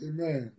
Amen